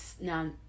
now